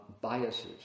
biases